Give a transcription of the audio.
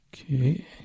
Okay